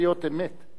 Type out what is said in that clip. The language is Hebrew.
סליחה?